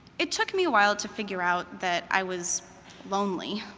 it took me awhile to figure out that i was lonely.